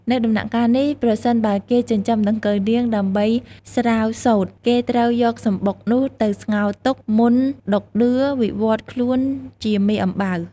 នៅដំណាក់កាលនេះ ប្រសិនបើគេចិញ្ចឹមដង្កូវនាង ដើម្បីស្រាវសូត្រ គេត្រូវយកសំបុកនោះទៅស្ងោរទុក មុនដក់ដឿ វិវត្តន៍ខ្លួនជាមេអំបៅ។